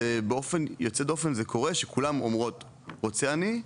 זה באופן יוצא דופן זה קורה שכולן אומרות רוצה אני,